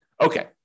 Okay